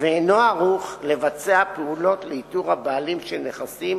ואינו ערוך לבצע פעולות לאיתור הבעלים של נכסים